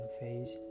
phase